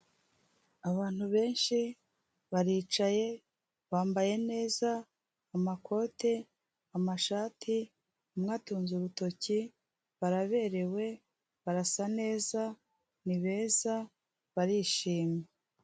Abantu benshi baricaye, bambaye neza amakote, amashati, umwe atunze urutoki baraberewe barasa neza ni beza barishimye.